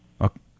Okay